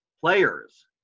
players